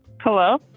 Hello